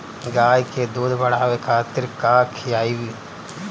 गाय के दूध बढ़ावे खातिर का खियायिं?